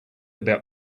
about